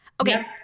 Okay